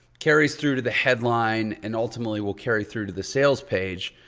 carries through to the headline and ultimately will carry through to the sales page.